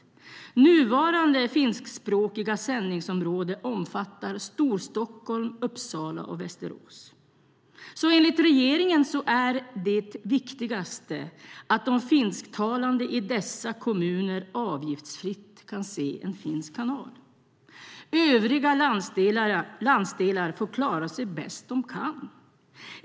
Det nuvarande finskspråkiga sändningsområdet omfattar Storstockholm, Uppsala och Västerås. Enligt regeringen är alltså det viktigaste att de finsktalande i dessa kommuner avgiftsfritt kan se en finsk kanal - övriga landsdelar får klara sig bäst de kan.